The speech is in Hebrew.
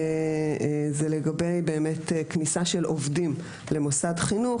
זה לגבי באמת כניסה של עובדים למוסד חינוך,